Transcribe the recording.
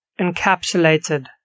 encapsulated